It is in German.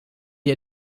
die